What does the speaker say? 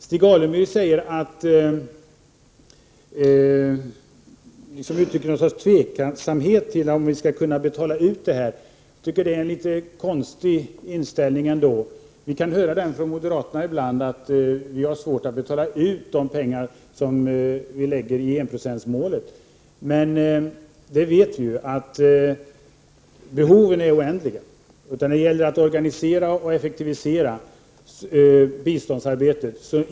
Stig Alemyr uttrycker något slags tveksamhet till om vi kan betala ut dessa pengar. Jag tycker att det är en litet konstig inställning. Vi kan höra samma sak framföras av moderaterna ibland, att vi har svårt att betala ut de pengar som anslås för enprocentsmålet. Men vi vet att behoven är oändliga. Det gäller att organisera och effektivisera biståndsarbetet.